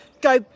Go